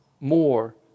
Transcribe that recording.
more